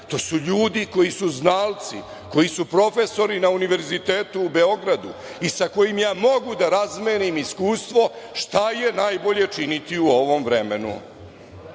to su ljudi koji su znalci, koji su profesori na univerzitetu u Beogradu, i sa kojima ja mogu da razmenim iskustvo šta je najbolje činiti u ovom vremenu.